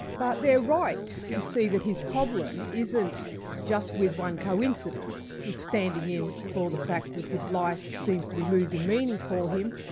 but they're right to see that his problem isn't just with one coincidence it's standing in for the fact that his life seems to be losing meaning for him,